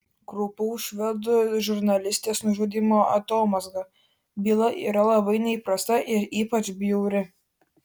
kraupaus švedų žurnalistės nužudymo atomazga byla yra labai neįprasta ir ypač bjauri